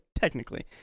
Technically